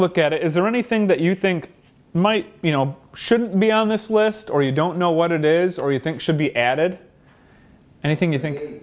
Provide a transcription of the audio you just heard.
look at it is there anything that you think might you know shouldn't be on this list or you don't know what it is or you think should be added and i think you think